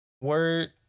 word